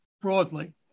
broadly